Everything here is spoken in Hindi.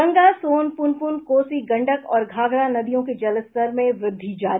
गंगा सोन पुनपुन कोसी गंडक और घाघरा नदियों के जलस्तर में वृद्वि जारी